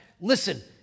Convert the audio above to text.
Listen